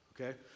okay